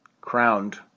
crowned